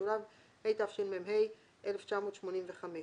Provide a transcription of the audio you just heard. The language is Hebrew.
התשמ"ה 1985‏;".